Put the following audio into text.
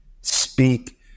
speak